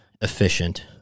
efficient